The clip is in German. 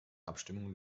abstimmung